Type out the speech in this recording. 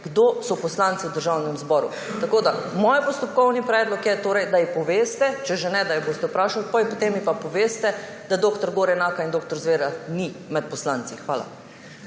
kdo so poslanci v Državnem zboru. Moj postopkovni predlog je torej, da ji poveste, če že ne, da jo boste vprašali, potem pa, da ji poveste, da dr. Gorenaka in dr. Zvera ni med poslanci. Hvala.